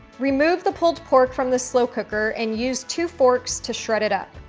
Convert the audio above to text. remove the pulled pork from the slow cooker and use two forks to shred it up.